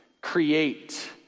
Create